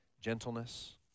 gentleness